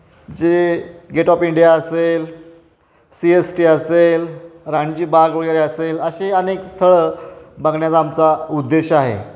जे gate of India असेल C S T असेल राणीची बाग वगैरे असेल अशी अनेक स्थळं बघण्याचा आमचा उद्देश आहे